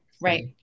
Right